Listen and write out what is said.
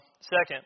Second